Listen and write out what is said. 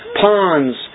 ponds